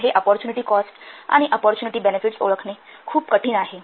तर हे opportunity cost आणि अपॉरच्युनिटी बेनेफिट्स ओळखणे खूप कठीण आहे